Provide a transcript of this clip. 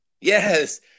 Yes